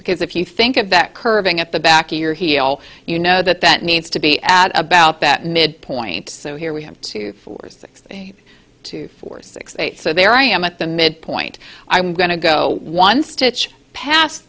because if you think of that curving at the back of your heel you know that that needs to be at about that mid point so here we have two things two four six eight so there i am at the midpoint i'm going to go one stitch pas